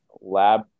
lab